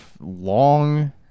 long